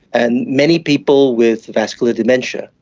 and many people with vascular dementia.